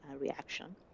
reaction